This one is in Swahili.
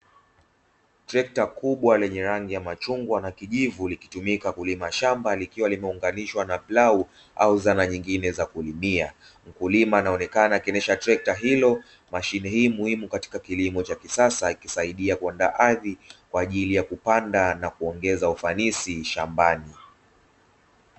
Trekta kubwa lenye rangi ya machungwa na kijivu liki tumika kulima shamba likiwa lime unganishwa na plau na zana nyingine za kulimia, mkulima anaonekana akiendesha trekta hilo; Mashine hii muhimu katika kilimo cha kisasa akisaidia kuandaa ardhi kwa ajili ya kupanda na kuongeza ufanisi shambani.